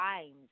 times